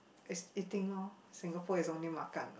is eating orh Singapore is only makan what